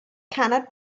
cannot